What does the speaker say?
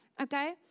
okay